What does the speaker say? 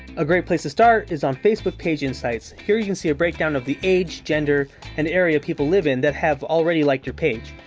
a great place to start is on facebook page insights. here you can see a breakdown of the age, gender and the area people live in that have already liked your page.